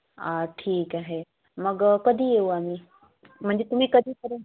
आ ठीक आहे मग कधी येऊ आम्ही म्हणजे तुम्ही कधीपर्यंत